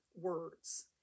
words